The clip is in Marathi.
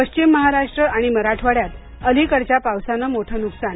पश्चिम महाराष्ट्र आणि मराठवाड्यात अलीकडच्या पावसान मोठ नुकसान